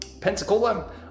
Pensacola